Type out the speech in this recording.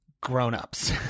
grownups